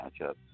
matchup